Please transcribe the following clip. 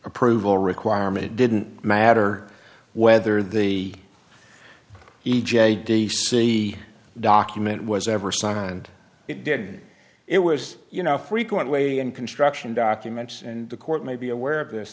approval requirement it didn't matter whether the e j d c document was ever signed it did it was you know frequently and construction documents and the court may be aware of this